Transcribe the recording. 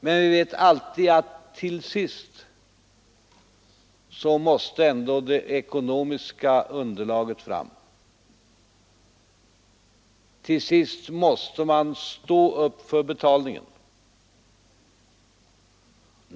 Men vi vet att till sist måste ändå alltid det ekonomiska underlaget fram, till sist måste man stå upp för betalningen.